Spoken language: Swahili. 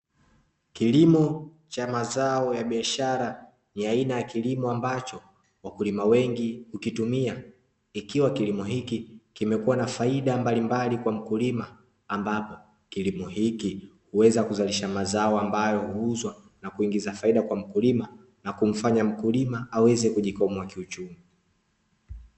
Kilimo cha mazao ya biashara, ni aina ya kilimo ambacho wakulima wengi hukitumia, ikiwa kilimo hiki kimekuwa na faida mbalimbali kwa mkulima, ambapo kilimo hiki huweza kuzalisha mazao ambayo huuzwa na kuingiza faida kwa mkulima na kumfanya mkulima aweze kujikwamua kiuchumi.